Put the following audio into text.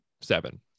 seven